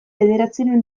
bederatziehun